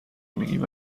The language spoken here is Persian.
میگیم